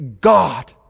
God